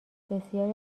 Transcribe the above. بسیاری